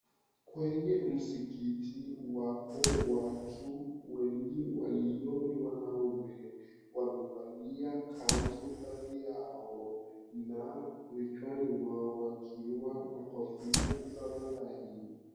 Kwenye msikiti wapo watu wengi walio ni wanaume wamevalia kanzu baadhi yao na vichwani mwao wakiwa na kofia za walahi.